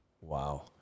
Wow